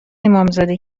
امامزاده